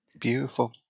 Beautiful